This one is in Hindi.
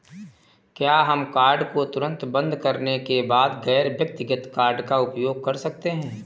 क्या हम कार्ड को तुरंत बंद करने के बाद गैर व्यक्तिगत कार्ड का उपयोग कर सकते हैं?